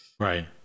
Right